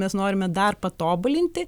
mes norime dar patobulinti